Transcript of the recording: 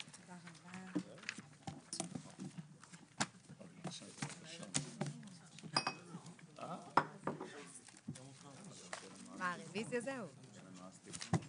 10:59.